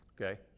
Okay